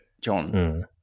John